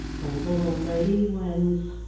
the little lady wins.